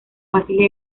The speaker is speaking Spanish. fáciles